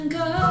go